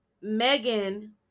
Megan